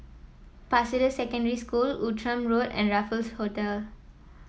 Pasir Ris Secondary School Outram Road and Raffles Hotel